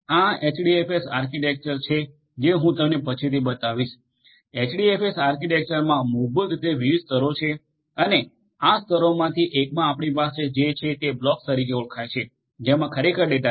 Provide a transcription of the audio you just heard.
આ HDFS architecture જે હું તમને પછીથી બતાવીશ એચડીએફએસ આર્કિટેક્ચરમાં મૂળભૂત રીતે વિવિધ સ્તરો છે અને આ સ્તરોમાંથી એકમાં આપણી પાસે જે છે તે બ્લોક્સ તરીકે ઓળખાય છે જેમાં ખરેખર ડેટા છે